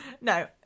No